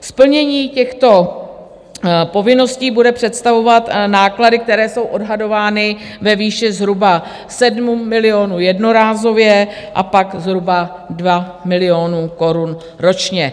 Splnění těchto povinností bude představovat náklady, které jsou odhadovány ve výši zhruba 7 milionů jednorázově a pak zhruba 2 miliony korun ročně.